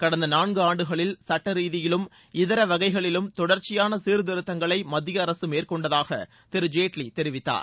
கடந்த நான்கு ஆண்டுகளில் சட்ட ரீதியிலும் இதர வகைகளிலும் தொடர்ச்சியான சீர்திருத்தங்களை மத்திய அரசு மேற்கொண்டதாக திரு ஜேட்வி தெரிவித்தார்